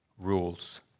rules